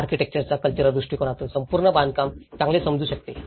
आर्किटेक्चरला cultural दृष्टिकोनातून संपूर्ण बांधकाम चांगले समजू शकते